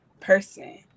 person